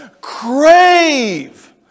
Crave